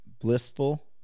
blissful